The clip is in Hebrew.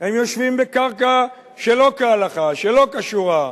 הם יושבים בקרקע שלא כהלכה, שלא כשורה.